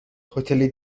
هتل